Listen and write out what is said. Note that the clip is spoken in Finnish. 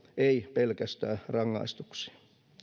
ei pelkästään rangaistuksia